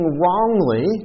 wrongly